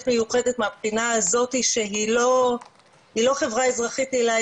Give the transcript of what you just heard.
מיוחדת מהבחינה הזאת שהיא לא חברה אזרחית פעילה,